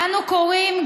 "אנו קוראים,